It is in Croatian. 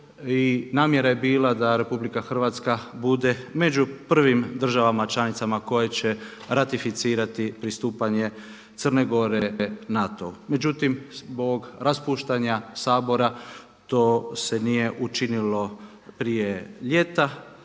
namjera je bila da Republika Hrvatska bude među prvim državama članicama koje će ratificirati pristupanje Crne Gore NATO-u. Međutim, zbog raspuštanja Sabora to se nije učinilo prije ljeta,